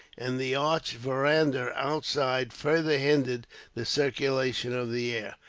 and the arched veranda, outside, further hindered the circulation of the air.